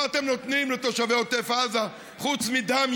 מה אתם נותנים לתושבי עוטף עזה חוץ מדם,